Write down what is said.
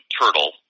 turtle